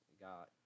got